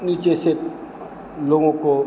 नीचे से लोगों को